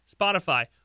Spotify